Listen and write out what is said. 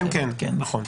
כן, נכון.